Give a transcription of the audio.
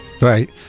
right